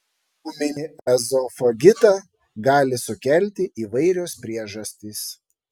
ūminį ezofagitą gali sukelti įvairios priežastys